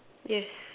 yes